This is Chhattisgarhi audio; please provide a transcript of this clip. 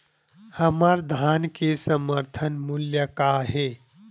हमर धान के समर्थन मूल्य का हे?